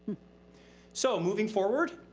so moving forward,